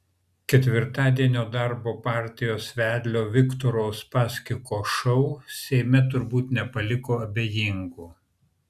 ketvirtadienio darbo partijos vedlio viktoro uspaskicho šou seime turbūt nepaliko abejingų